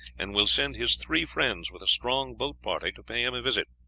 and will send his three friends with a strong boat party to pay him a visit.